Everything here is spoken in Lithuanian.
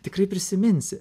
tikrai prisiminsi